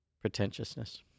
pretentiousness